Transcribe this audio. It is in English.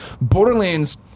Borderlands